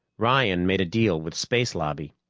ryan made a deal with space lobby,